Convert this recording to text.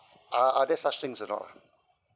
are there such things or not ah